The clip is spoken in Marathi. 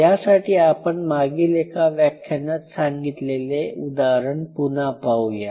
यासाठी आपण मागील एका व्याख्यानात सांगितलेले उदाहरण पुन्हा पाहूया